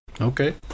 Okay